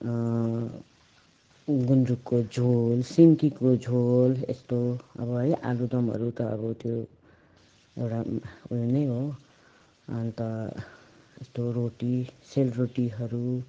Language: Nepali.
गुन्द्रुकको झोल सिन्कीको झोल यस्तो अब है आलुदमहरू त अब त्यो एउटा उयो नै हो अन्त यस्तो रोटी सेलरोटीहरू